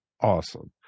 Awesome